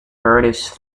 artists